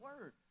word